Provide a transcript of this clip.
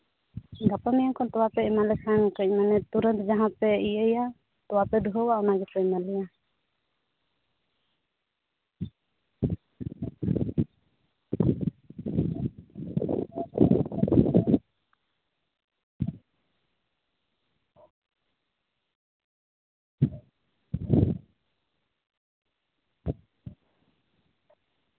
ᱜᱟᱯᱟ ᱢᱮᱭᱟᱝ ᱠᱷᱚᱱ ᱛᱚᱣᱟ ᱯᱮ ᱮᱢᱟᱞᱮ ᱠᱷᱟᱱ ᱠᱟᱺᱪ ᱢᱟᱱᱮ ᱛᱩᱨᱟᱹᱛ ᱡᱟᱦᱟᱸ ᱯᱮ ᱤᱭᱟᱹᱭᱟ ᱛᱚᱣᱟ ᱯᱮ ᱫᱷᱩᱸᱦᱟᱹᱣᱟ ᱚᱱᱟ ᱜᱮᱯᱮ ᱮᱢᱟᱞᱮᱭᱟ